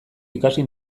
ikasi